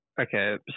Okay